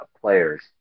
players